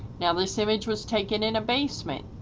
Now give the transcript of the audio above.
now this image was taken in a basement,